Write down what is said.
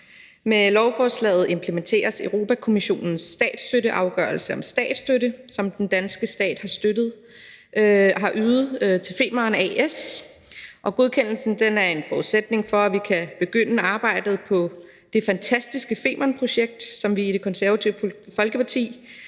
Med lovforslaget implementeres Europa-Kommissionens statsstøtteafgørelse om statsstøtte, som den danske stat har ydet til Femern A/S, og godkendelsen er en forudsætning for, at vi kan begynde arbejdet på det fantastiske Femernprojekt, som vi i Det Konservative Folkeparti